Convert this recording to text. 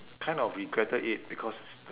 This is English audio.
kind of regretted it because